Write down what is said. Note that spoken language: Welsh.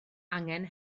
angen